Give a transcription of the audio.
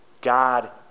God